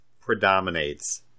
predominates